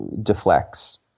deflects